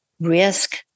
risk